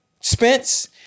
Spence